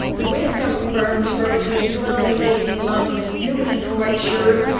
the waste dump burned for between twelve and eighteen months, nobody's quite sure.